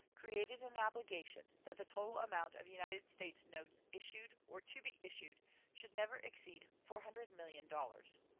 created an obligation that the total amount of united states notes issued or to be issued should never exceed four hundred million dollars.